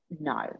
no